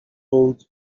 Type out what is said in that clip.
told